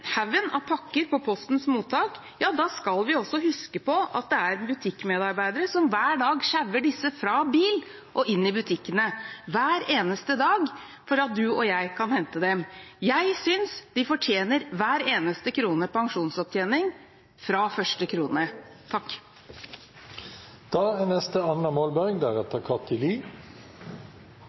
av pakker på Postens mottak, skal vi huske på at det er butikkmedarbeidere som hver eneste dag sjauer disse fra bil og inn i butikkene, slik at du og jeg kan hente dem. Jeg synes de fortjener hver eneste krone pensjonsopptjening – fra første krone. Like muligheter er